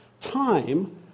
time